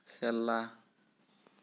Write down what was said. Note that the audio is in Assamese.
খেলা